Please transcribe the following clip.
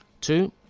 Two